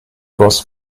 goss